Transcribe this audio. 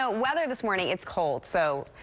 ah weather this morning is cold. so